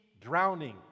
drowning